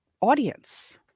audience